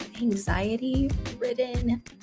anxiety-ridden